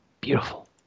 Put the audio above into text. Beautiful